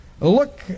Look